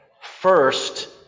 First